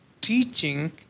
teaching